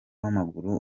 w’amaguru